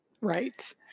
Right